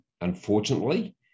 unfortunately